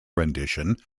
rendition